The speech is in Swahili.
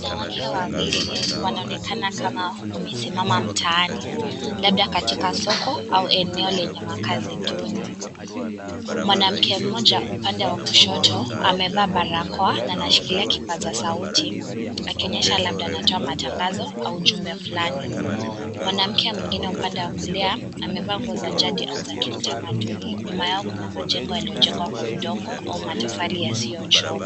Wanawake wawili wanaonekana kama wamesimama mtaani, labda katika soko au eneo lenye makazi duni. Mwanamke mmoja upande wa kushoto amevaa barakoa na anashikilia kipaza sauti akionyesha labda anatoa matangazo au ujumbe fulani. Mwanamke mwingine upande wa kulia amevaa nguo za jadi au za kitamaduni . Nyuma yao kuna majengo yaliyojengwa kwa udongo au matofali yasiyochomwa.